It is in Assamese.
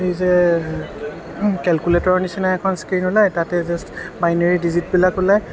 সেই যে কেলকুলেটৰ নিচিনা এখন স্ক্ৰীণ ওলাই তাতেই জাষ্ট বাইনেৰি ডিজিটবিলাক ওলায়